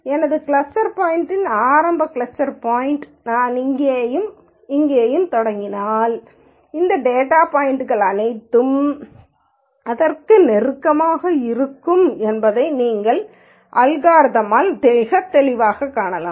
எனது கிளஸ்டர் பாய்ன்ட்களின் ஆரம்ப கிளஸ்டர் பாய்ன்ட்களை நான் இங்கேயும் இங்கேயும் தொடங்கினால் இந்த டேட்டா பாய்ன்ட்கள் அனைத்தும் இதற்கு நெருக்கமாக இருக்கும் என்பதை நீங்கள் அல்காரிதம்யால் மிக தெளிவாகக் காணலாம்